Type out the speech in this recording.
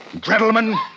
gentlemen